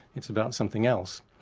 it's about something else.